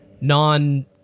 non